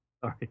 Sorry